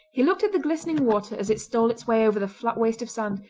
he looked at the glistening water as it stole its way over the flat waste of sand,